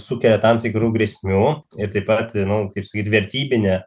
sukelia tam tikrų grėsmių ir taip pat nu kaip sakyt vertybine